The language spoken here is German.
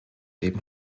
leben